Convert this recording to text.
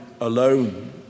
alone